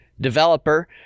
developer